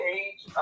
age